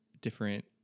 different